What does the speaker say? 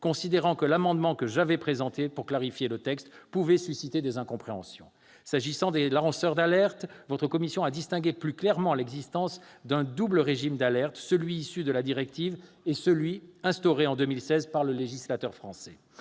considérant que l'amendement que j'avais présenté pour clarifier le texte pouvait susciter des incompréhensions. En ce qui concerne les lanceurs d'alerte, votre commission a distingué plus clairement l'existence d'un double régime d'alerte, celui qui est issu de la directive et celui qui a été instauré en 2016 par le législateur français.